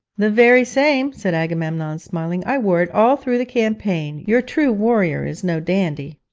the very same said agamemnon, smiling. i wore it all through the campaign. your true warrior is no dandy